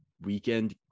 weekend